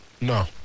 No